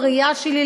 בראייה שלי,